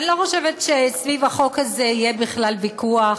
אני לא חושבת שסביב החוק הזה יהיה בכלל ויכוח,